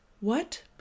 What